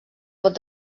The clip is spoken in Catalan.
pot